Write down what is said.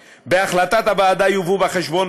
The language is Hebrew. (ג) בהחלטת הוועדה יובאו בחשבון,